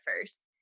first